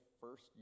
first